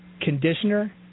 conditioner